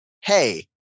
hey